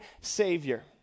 Savior